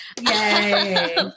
Yay